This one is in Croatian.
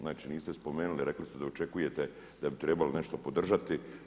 Znači niste spomenuli, rekli ste da očekujete da bi trebalo nešto podržati.